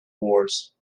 wars